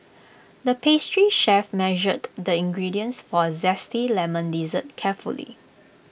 the pastry chef measured the ingredients for A Zesty Lemon Dessert carefully